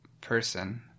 person